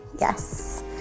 Yes